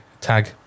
tag